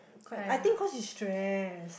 quite I think cause she stress